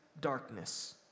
darkness